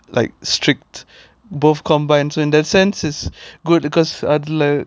like strict both combined so in that sense is good because அதுல:athula